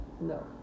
No